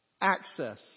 access